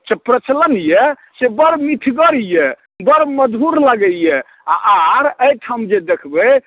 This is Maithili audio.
प्रचलन यऽ से बड़ मिठगर यऽ बड़ मधुर लगैए आ आर एहिठाम जे देखबै